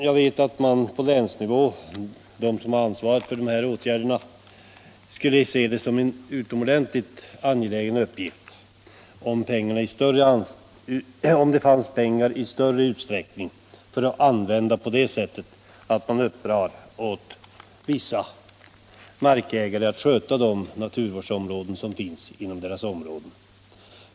Jag vet att de som på länsnivå har ansvaret för dessa åtgärder skulle se det som utomordentligt angeläget att det i större utsträckning fanns pengar att användas på det sättet att man uppdrog åt vissa markägare att sköta de naturvårdsområden som finns inom deras markområden.